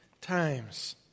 times